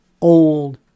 old